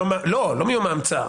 לא, לא מיום ההמצאה.